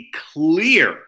clear